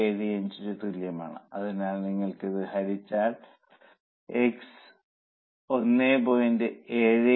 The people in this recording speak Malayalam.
875 ന് തുല്യമാണ് അതിനാൽ നിങ്ങൾ ഇത് ഹരിച്ചാൽ നിങ്ങൾക്ക് x 1